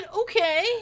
Okay